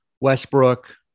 Westbrook